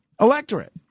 electorate